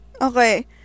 Okay